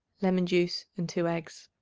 lemon-juice and two eggs.